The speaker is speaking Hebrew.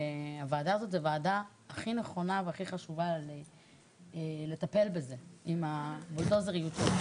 הוועדה הזאת זו ועדה הכי נכונה והכי חשובה לטפל בזה עם הבולדוזריות שלך,